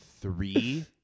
three